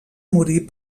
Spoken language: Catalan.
morir